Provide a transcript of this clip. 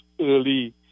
early